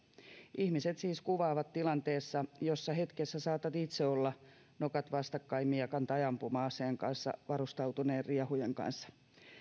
ihmiset siis kuvaavat tilanteessa jossa hetkessä saatat itse olla nokat vastakkain miekan tai ampuma aseen kanssa varustautuneen riehujen kanssa